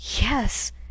yes